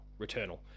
Returnal